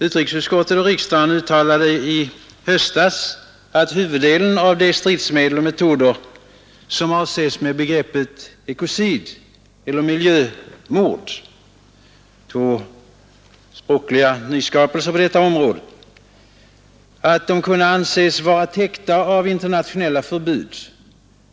Utrikesutskottet och riksdagen uttalade i höstas att huvuddelen av de stridsmedel och metoder som avses med begreppet ”ekocid” eller ”miljömord” — två språkliga nyskapelser på detta område — kunde anses vara täckta av internationella förbud.